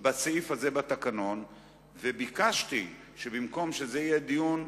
בסעיף הזה בתקנון וביקשתי שבמקום שזה יהיה דיון: